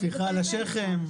טפיחה על השכם.